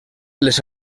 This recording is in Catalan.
les